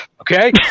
okay